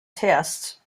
tests